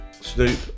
Snoop